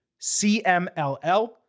CMLL